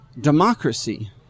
democracy